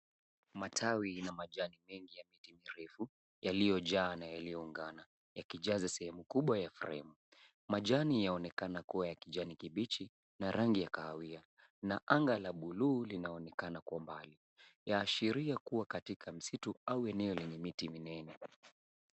Matawi ina majani mengi ya miti mirefu yaliyojaa na yaliyoungana yakijaza sehemu kubwa ya fremu. Majani yaonekana kuwa ya kijani kibichi na rangi ya kahawia na anga la bluu linaonekana kwa umbali. Yaashiria kuwa katika misitu au eneo lenye miti minene.